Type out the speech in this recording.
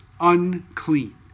unclean